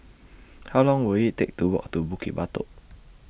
How Long Will IT Take to Walk to Bukit Batok